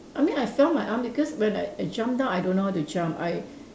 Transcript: I mean I fell my arm because when I I jump down I don't know how to jump I